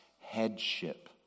headship